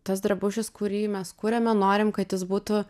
tas drabužis kurį mes kuriame norim kad jis būtų